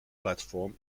platform